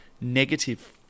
Negative